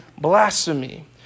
blasphemy